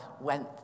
went